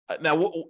Now